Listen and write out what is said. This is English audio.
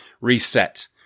reset